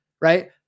right